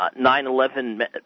9-11